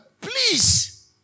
Please